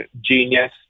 genius